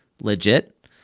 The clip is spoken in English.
legit